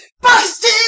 Busted